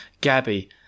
Gabby